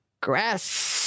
grass